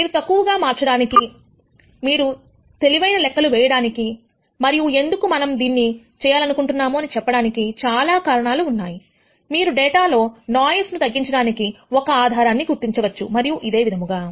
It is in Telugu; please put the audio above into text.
మీరు తక్కువగా మార్చడానికిమీరు తెలివైన లెక్క వేయడానికి మరియు ఎందుకు మనం ఇది చేయాలనుకుంటున్నాము అని చెప్పడానికి చాలా కారణాలు ఉన్నాయి మీరు డేటా లో నాయిస్ ను తగ్గించడానికి ఒక ఆధారాన్ని గుర్తించవచ్చు మరియు ఇదే విధంగా